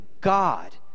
God